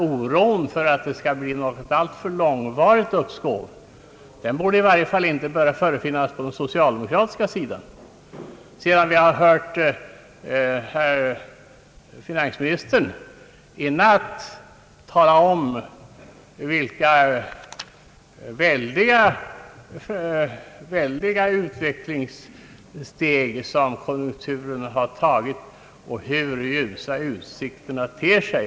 Oron för att det skall bli ett alltför långvarigt uppskov borde åtminstone inte förefinnas på den socialdemokra tiska sidan. Vi hörde i natt finansministern tala om vilka väldiga steg som konjunkturutvecklingen hade tagit och hur ljusa utsikterna tedde sig.